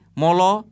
molo